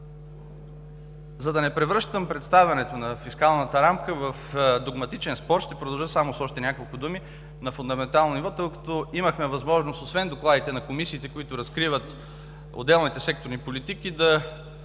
За да не превръщам представянето на фискалната рамка в догматичен спор ще продължа само с още няколко думи на фундаментално ниво, тъй като имахме възможност освен докладите на комисиите, които разкриват отделните секторни политики, да